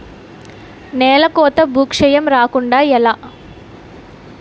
నేలకోత భూక్షయం రాకుండ ఎలా?